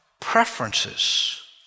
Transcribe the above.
preferences